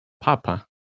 papa